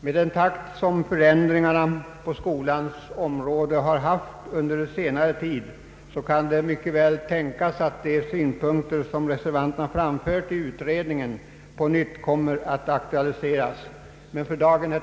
Med den takt förändringarna på skolans område haft under senare tid kan det mycket väl tänkas att de synpunkter som reservanterna framfört i utredningen på nytt kommer att aktualiseras inom inte alltför avlägsen tid.